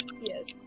yes